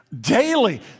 daily